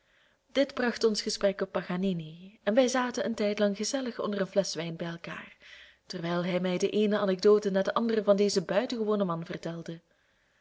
dit bracht ons gesprek op paganini en wij zaten een tijdlang gezellig onder een flesch wijn bij elkaar terwijl hij mij de eene anecdote na de andere van dezen buitengewonen man vertelde